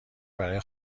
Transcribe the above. برای